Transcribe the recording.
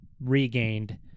regained